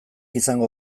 izango